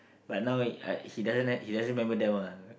but now I he doesn't he doesn't remember them ah